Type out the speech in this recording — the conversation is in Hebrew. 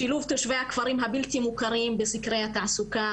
שילוב תושבי הכפרים הבלתי מוכרים בסקרי התעסוקה,